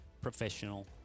professional